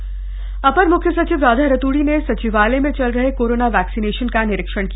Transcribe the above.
टीकाकरण निरीक्षण अपर मुख्य सचिव राधा रतूड़ी ने सचिवालय में चल रहे कोरोना वैक्सीनेशन का निरीक्षण किया